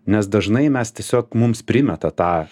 nes dažnai mes tiesiog mums primeta tą